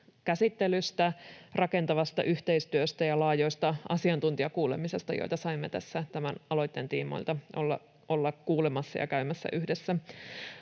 käsittelystä, rakentavasta yhteistyöstä ja laajoista asiantuntijakuulemisista, joita saimme tässä tämän aloitteen tiimoilta olla kuulemassa ja käymässä yhdessä